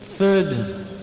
third